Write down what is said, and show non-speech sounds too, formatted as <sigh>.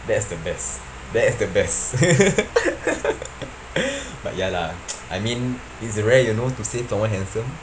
that's the best that is the best <laughs> but ya lah <noise> I mean is rare you know to say someone handsome